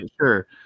Sure